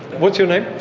what's your name?